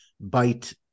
bite